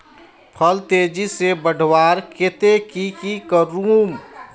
फल तेजी से बढ़वार केते की की करूम?